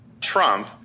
Trump